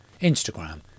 Instagram